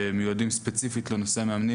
שמיועדים ספציפית לנושא המאמנים,